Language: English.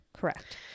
Correct